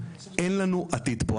אין לנו עתיד פה.